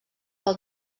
pel